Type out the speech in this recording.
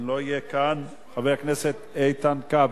אם הוא לא יהיה כאן, חבר הכנסת איתן כבל.